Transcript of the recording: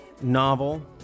novel